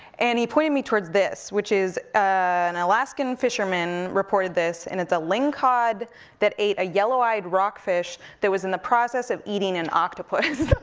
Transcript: and he pointed me towards this, which is an alaskan fisherman reported this, and it's a lingcod that ate a yelloweyed rock fish, that was in the process of eating an octopus.